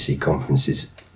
conferences